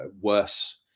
worse